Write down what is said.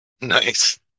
Nice